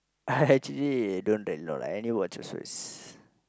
actually don't take note any watch also is